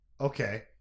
okay